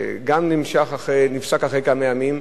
זה נפסק אחרי כמה ימים.